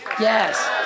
yes